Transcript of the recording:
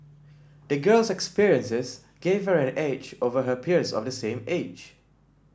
the girl's experiences gave her an edge over her peers of the same age